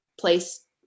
place